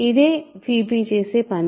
ఇదే p చేసే పని